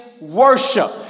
worship